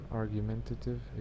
argumentative